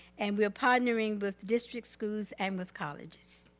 and we're partnering with district schools and with colleges.